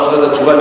בהמשך לתשובה,